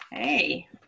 Hey